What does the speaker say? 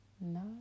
No